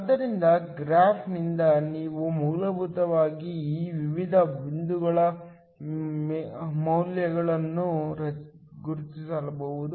ಆದ್ದರಿಂದ ಗ್ರಾಫ್ನಿಂದ ನಾವು ಮೂಲಭೂತವಾಗಿ ಈ ವಿವಿಧ ಬಿಂದುಗಳ ಮೌಲ್ಯಗಳನ್ನು ಗುರುತಿಸಬಹುದು